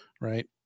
right